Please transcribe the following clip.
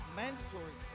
mandatory